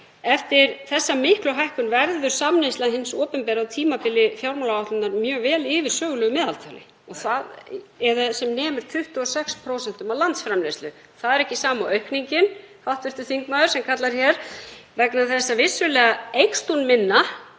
Eftir þessa miklu hækkun verður samneysla hins opinbera á tímabili fjármálaáætlunar mjög vel yfir sögulegu meðaltali, (Gripið fram í.) eða sem nemur 26% af landsframleiðslu. Það er ekki sama og aukningin, hv. þingmaður sem kallar hér, vegna þess að vissulega eykst hún minna